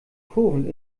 kurven